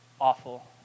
awful